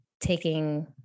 taking